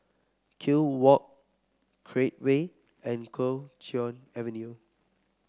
Kew Walk Create Way and Kuo Chuan Avenue